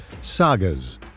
sagas